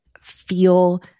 feel